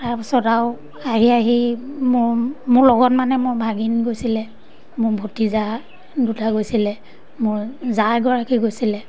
তাৰপিছত আৰু আহি আহি মোৰ মোৰ লগত মানে মোৰ ভাগিন গৈছিলে মোৰ ভতিজা দুটা গৈছিলে মোৰ জা এগৰাকী গৈছিলে